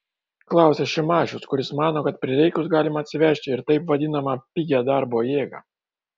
klausia šimašius kuris mano kad prireikus galima atsivežti ir taip vadinamą pigią darbo jėgą